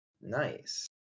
Nice